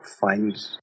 find